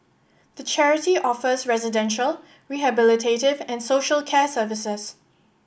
the charity offers residential rehabilitative and social care services